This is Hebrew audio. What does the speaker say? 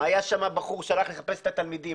היה שם בחור שהלך לחפש את התלמידים,